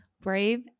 brave